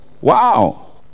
Wow